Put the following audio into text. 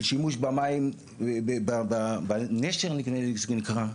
של שימוש במים בנשר נדמה לי שזה נקרא,